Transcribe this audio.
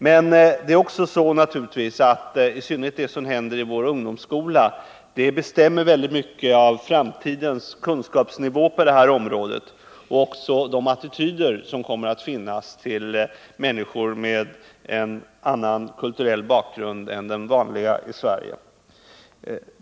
Men det är även så att i synnerhet det som händer i vår ungdomsskola bestämmer mycket av framtidens kunskapsnivå på detta område och de framtida attityderna till människor med annan kulturell bakgrund än den vanliga i Sverige.